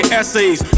essays